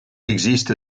existe